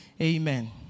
Amen